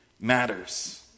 matters